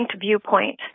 viewpoint